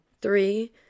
three